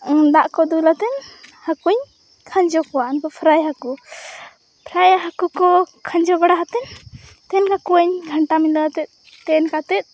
ᱫᱟᱜᱠᱚ ᱫᱩᱞ ᱟᱛᱮᱱ ᱦᱟᱠᱩᱧ ᱠᱷᱟᱸᱡᱚ ᱠᱚᱣᱟ ᱩᱱᱠᱚ ᱯᱷᱨᱟᱭ ᱦᱟᱠᱩ ᱯᱷᱨᱟᱭ ᱦᱟᱠᱩᱠᱚ ᱠᱷᱟᱸᱡᱚ ᱵᱟᱲᱟ ᱟᱛᱮᱫ ᱛᱮᱱᱠᱟᱠᱚᱣᱟᱹᱧ ᱜᱷᱟᱱᱴᱟ ᱢᱤᱞᱟᱹᱣ ᱟᱛᱮᱫ ᱛᱮᱱ ᱠᱟᱛᱮᱫ